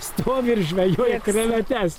stovi ir žvejoja krevetes